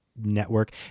network